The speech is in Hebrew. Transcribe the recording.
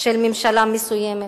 של ממשלה מסוימת.